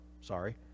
sorry